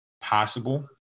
possible